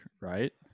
right